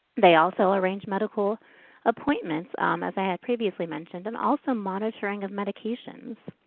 they also arrange medical appointments as i had previously mentioned and also monitoring of medications.